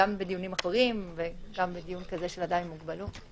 גם בדיונים אחרים וגם בדיון כזה של אדם עם מוגבלות.